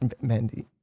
Mandy